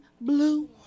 blue